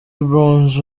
bronze